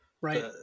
right